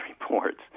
reports